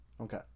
Okay